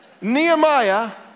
Nehemiah